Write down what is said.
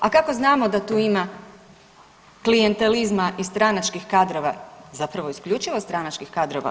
A kako znamo da tu ima klijentelizma i stranačkih kadrova, zapravo isključivo stranačkih kadrova?